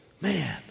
man